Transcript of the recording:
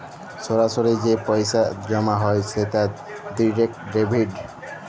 সরাসরি যে পইসা জমা হ্যয় সেট ডিরেক্ট ডেবিট